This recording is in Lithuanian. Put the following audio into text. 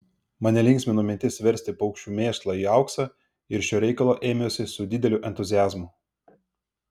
mane linksmino mintis versti paukščių mėšlą į auksą ir šio reikalo ėmiausi su dideliu entuziazmu